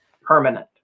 permanent